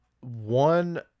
one